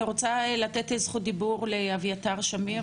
אני רוצה לתת את זכות הדיבור לאביתר שמיר,